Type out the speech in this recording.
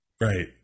Right